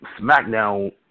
SmackDown